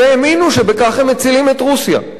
והאמינו שבכך הם מצילים את רוסיה.